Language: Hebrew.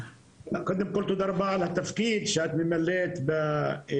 קודם כל תודה רבה על התפקיד שאת ממלאת בקידום